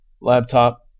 laptop